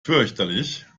fürchterlich